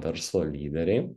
verslo lyderiai